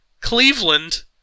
Cleveland